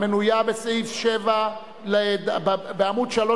המנויה בעמוד 3,